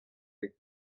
bet